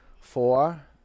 four